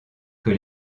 que